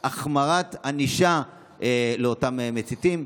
החמרת ענישה לאותם מציתים?